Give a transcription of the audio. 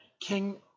King